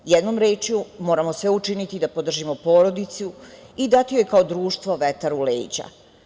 Jednom rečju, moramo sve učiniti da podržimo porodicu i dati joj kao društvo vetar u leđa.